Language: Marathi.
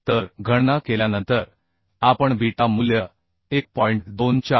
तर गणना केल्यानंतर आपण बीटा मूल्य 1